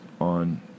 on